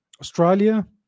Australia